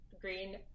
green